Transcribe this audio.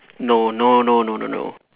no no no no no no no